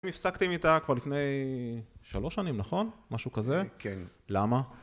אתם הפסקתם איתה כבר לפני שלוש שנים, נכון? משהו כזה? כן. למה?